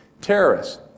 Terrorists